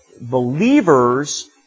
believers